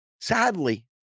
Sadly